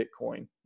Bitcoin